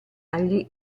agli